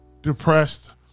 depressed